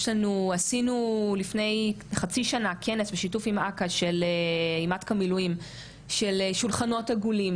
עשינו לפני חצי שנה כנס בשיתוף עם אכ"א מילואים של שולחנות עגולים,